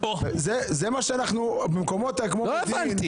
זה מה שאנחנו במקומות כמו מודיעין --- לא הבנתי.